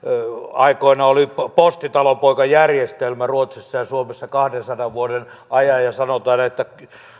aikoinaan oli postitalonpoikajärjestelmä ruotsissa ja suomessa kahdensadan vuoden ajan ja sanotaan että